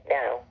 now